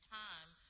time